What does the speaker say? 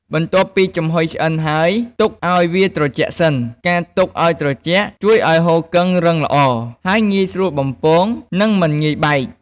បន្ទាប់ពីចំហុយឆ្អិនហើយ ទុកឱ្យវាត្រជាក់សិន ការទុកឱ្យត្រជាក់ជួយឱ្យហ៊ូគឹងរឹងល្អ ហើយងាយស្រួលបំពង និងមិនងាយបែក។